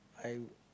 I